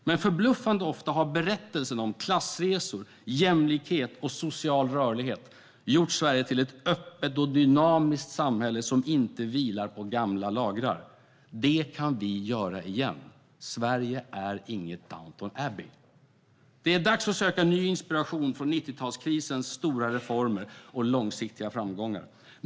Men förbluffande ofta har berättelsen om klassresor, jämlikhet och social rörlighet gjort Sverige till ett öppet och dynamiskt samhälle som inte vilar på gamla lagrar. Det kan vi göra igen. Sverige är inget Downton Abbey. Det är dags att söka ny inspiration från 90-talskrisens stora reformer och långsiktiga framgångar.